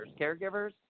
caregivers